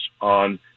on